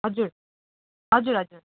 हजुर हजुर हजुर